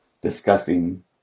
discussing